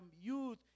youth